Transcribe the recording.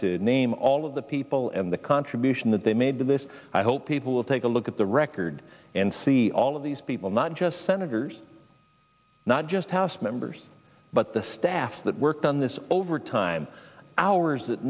to name all of the people and the contribution that they made to this i hope people will take a look at the record and see all of these people not just senators not just house members but the staff that worked on this overtime hours